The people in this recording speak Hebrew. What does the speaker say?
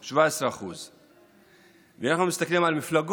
זה 17%. אם אנחנו מסתכלים על מפלגות,